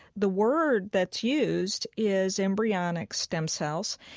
the word that's used is embryonic stem cell,